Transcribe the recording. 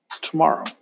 tomorrow